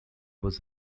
was